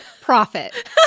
Profit